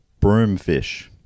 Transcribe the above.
broomfish